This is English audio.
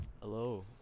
hello